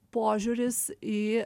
požiūris į